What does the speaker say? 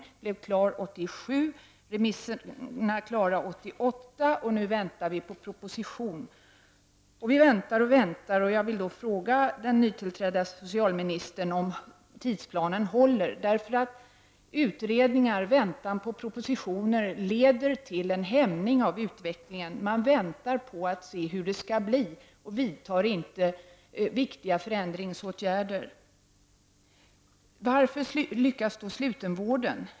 Den blev klar 1987. Remisserna blev klara 1988, och nu väntar vi på proposition. Vi väntar och väntar. Jag vill fråga den nytillträdda socialministern om tidsplanen håller. Utredningar och väntan på propositioner leder till en hämning av utvecklingen. Man väntar på att se hur det skall bli och vidtar inte viktiga förändringsåtgärder. Varför lyckas då slutenvården?